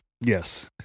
Yes